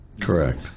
Correct